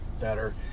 better